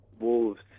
Wolves